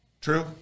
True